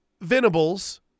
Venables